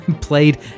played